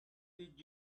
did